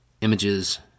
images